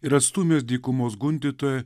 ir atstūmęs dykumos gundytojo